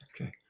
okay